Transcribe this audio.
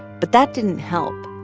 but that didn't help.